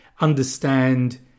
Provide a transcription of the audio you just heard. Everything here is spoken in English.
understand